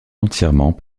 entièrement